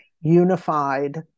unified